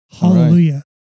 Hallelujah